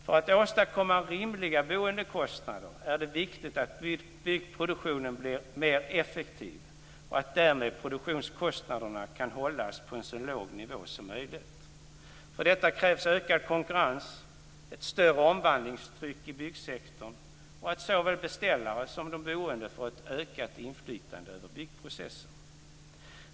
För att åstadkomma rimliga boendekostnader är det viktigt att byggproduktionen blir mer effektiv och produktionskostnaderna därmed kan hållas på en så låg nivå som möjligt. För detta krävs ökad konkurrens, ett större omvandlingstryck i byggsektorn och att såväl beställare som de boende får ett ökat inflytande över byggprocessen.